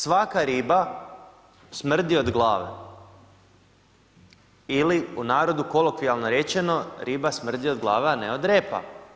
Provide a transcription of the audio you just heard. Svaka riba smrdi od glave ili u narodu kolokvijalno rečeno, riba smrdi od glave a ne od repa.